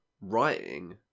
writing